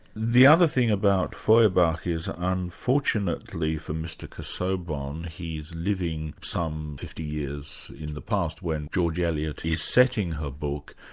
the other thing about feuerbach is unfortunately for mr. casaubon, he's living some fifty years in the past, when george eliot is setting her book.